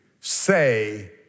say